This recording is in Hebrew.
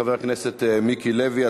חבר הכנסת מיקי לוי,